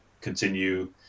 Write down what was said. continue